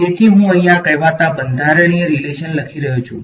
તેથી હું અહીં આ કહેવાતા બંધારણીય રીલેશન લખી રહ્યો છું